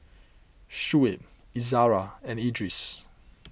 Shuib Izara and Idris